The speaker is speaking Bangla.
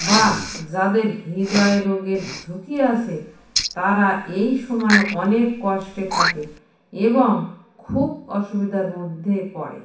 বা যাদের হৃদয় রোগের ঝুঁকি আছে তারা এই সময় অনেক কষ্টে থাকে এবং খুব অসুবিধার মধ্যে পড়ে